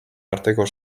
arteko